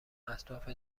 اطراف